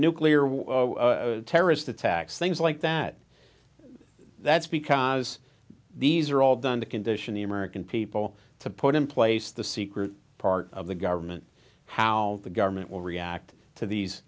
war terrorist attacks things like that that's because these are all done to condition the american people to put in place the secret part of the government how the government will react to these